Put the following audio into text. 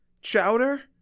chowder